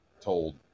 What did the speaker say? told